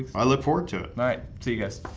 i look forward to it alright. see you guys